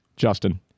Justin